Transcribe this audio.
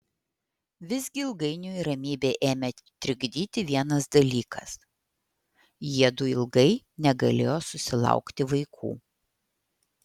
visgi ilgainiui ramybę ėmė trikdyti vienas dalykas jiedu ilgai negalėjo susilaukti vaikų